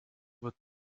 wird